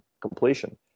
completion